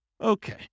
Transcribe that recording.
Okay